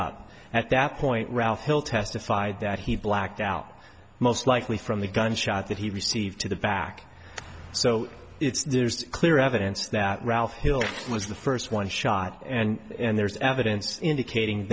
up at that point ralph hill testified that he blacked out most likely from the gunshot that he received to the back so it's not clear evidence that ralph hill was the first one shot and there's evidence indicating